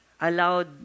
allowed